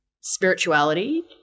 spirituality